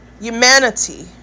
humanity